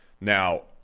Now